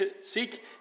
seek